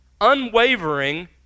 unwavering